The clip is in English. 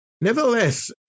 Nevertheless